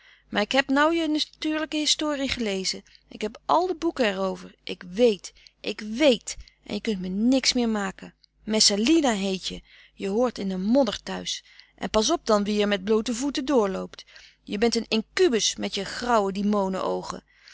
maar ik heb nou je natuurlijke historie gelezen ik heb al de boeken er over ik weet ik weet en je kunt me niks meer maken messalina heet je je hoort in de modder thuis en pas op dan wie er met bloote voeten door loopt je bent een incubus met je grauwe dimonen oogen